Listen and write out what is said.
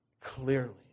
clearly